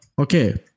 okay